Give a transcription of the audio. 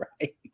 right